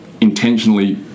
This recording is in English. intentionally